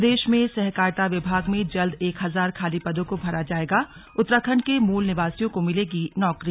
प्रदेश में सहकारिता विभाग में जल्द एक हजार खाली पदों को भरा जाएगाउत्तराखंड के मूल निवासियों को मिलेगी नौकरी